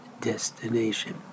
destination